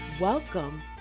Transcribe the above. Welcome